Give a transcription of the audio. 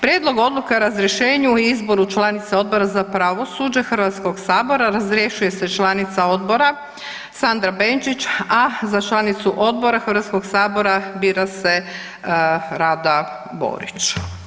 Prijedlog Odluke o razrješenju i izboru članice Odbora za pravosuđe Hrvatskog sabora, razrješuje se članica odbora Sandra Benčić, a za članicu odbora Hrvatskog sabora bira se Rada Borić.